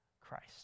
Christ